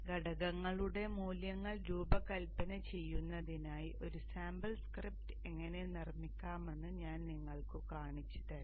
ഘടകങ്ങളുടെ മൂല്യങ്ങൾ രൂപകൽപ്പന ചെയ്യുന്നതിനായി ഒരു സാമ്പിൾ സ്ക്രിപ്റ്റ് എങ്ങനെ നിർമ്മിക്കാമെന്ന് ഞാൻ നിങ്ങൾക്ക് കാണിച്ചുതരാം